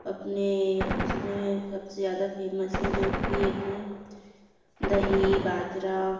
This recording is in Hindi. अपने उसमें सबसे ज़्यादा फेमस हैं जो कि अपनी दही बाजरा